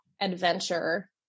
adventure